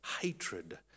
hatred